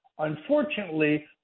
Unfortunately